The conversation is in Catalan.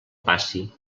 passi